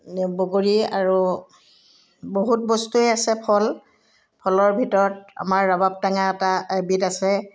বগৰী আৰু বহুত বস্তুৱেই আছে ফল ফলৰ ভিতৰত আমাৰ ৰবাব টেঙা এটা এবিধ আছে